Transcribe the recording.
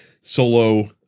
solo